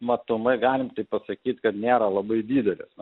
matomai galim taip pasakyt kad nėra labai didelės na